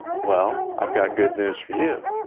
well, i've got good news for you.